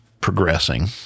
progressing